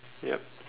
yup